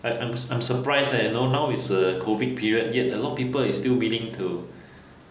I I am I'm surprised leh now now is the COVID period yet a lot of people is still willing to